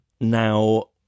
now